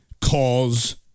cause